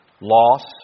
loss